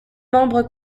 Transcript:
membre